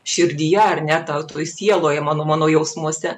širdyje ar ne ta toj sieloj mano mano jausmuose